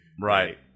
right